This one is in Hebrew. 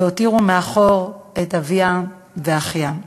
והותירו מאחור את אביה ואחיה.